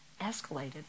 escalated